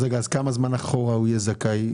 כמה זמן אחורה הוא יהיה זכאי?